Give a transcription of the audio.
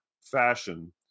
fashion